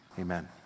amen